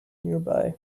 nearby